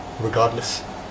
regardless